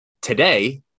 today